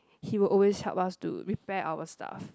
he will always help us to repair our stuff